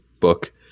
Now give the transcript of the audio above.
book